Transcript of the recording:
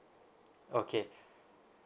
okay